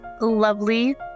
lovely